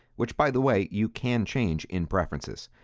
which by the way, you can change in preferences.